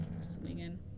swinging